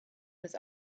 was